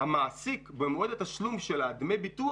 המעסיק במועד התשלום של דמי הביטוח,